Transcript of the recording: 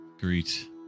greet